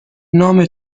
نام